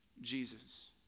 Jesus